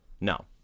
No